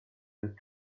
and